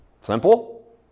Simple